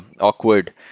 awkward